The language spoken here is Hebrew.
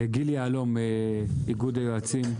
גיל יהלום, איגוד היועצים.